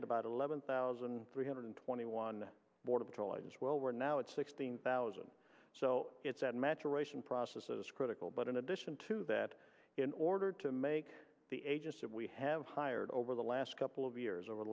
had about eleven thousand three hundred twenty one border patrol agents well we're now at sixteen thousand so it's that maturation process is critical but in addition to that in order to make the agents that we have hired over the last couple of years o